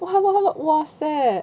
!wah! !wahseh!